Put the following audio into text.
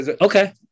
Okay